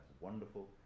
wonderful